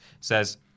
says